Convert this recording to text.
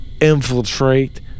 infiltrate